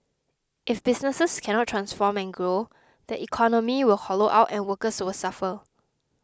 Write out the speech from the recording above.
if businesses cannot transform and grow the economy will hollow out and workers will suffer